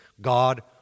God